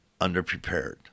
underprepared